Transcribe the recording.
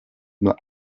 nur